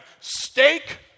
steak